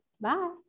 Bye